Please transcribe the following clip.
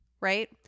right